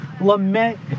lament